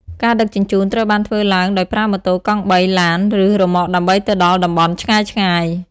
ការដឹកជញ្ជូន ត្រូវបានធ្វើឡើងដោយប្រើម៉ូតូកង់បី ឡាន ឬរ៉ឺម៉កដើម្បីទៅដល់តំបន់ឆ្ងាយៗ។